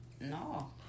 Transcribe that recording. No